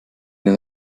den